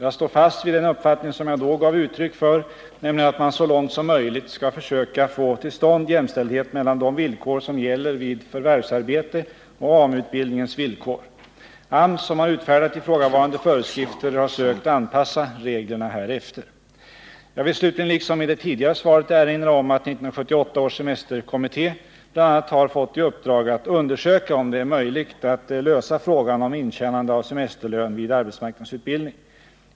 Jag står fast vid den uppfattning som jag då gav uttryck för, nämligen att man så långt som möjligt skall försöka få till stånd jämstälidhet mellan de villkor som gäller vid förvärvsarbete och AMU-utbildningens villkor. AMS, som har utfärdat ifrågavarande föreskrifter, har sökt anpassa reglerna härefter. Jag vill slutligen liksom i det tidigare svaret erinra om att 1978 års semesterkommitté bl.a. har fått i uppdrag att undersöka om det är möjligt att lösa frågan om intjänande av semesterlön vid arbetsmarknadsutbildning.